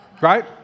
Right